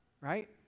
right